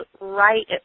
right –